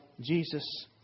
Jesus